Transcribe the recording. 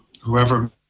whoever